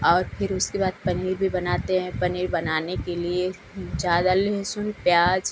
और फिर उसके बाद पनीर भी बनाते हैं पनीर बनाने के लिए ज़्यादा लहसुन प्याज